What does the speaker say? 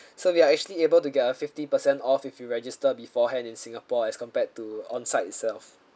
so we are actually able to get a fifty percent off if you register beforehand in singapore as compared to on site itself